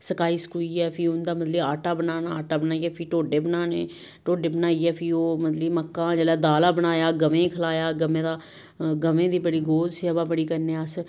सकाई सकूइयै फ्ही उंदा मतलब कि आटा बनाना आटा बनाइयै फ्ही टोडे बनाने टोडे बनाइयै फ्ही ओह् मतलब कि मक्कां दा जेल्लै दाला बनाया गवें गी खलाया गंवे दा गवें दी बड़ी गौ सेवा बड़ी करने अस